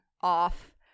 off